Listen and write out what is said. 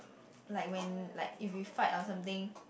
like when like if you fight or something